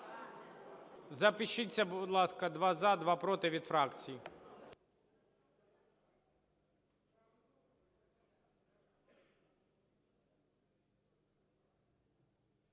Запишіться, будь ласка: два – за, два – проти від фракцій.